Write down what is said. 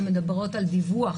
שמדברות על דיווח